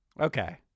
Okay